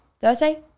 Thursday